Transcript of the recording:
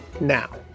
now